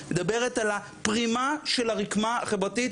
היא מדברת על הפרימה של הרקמה החברתית,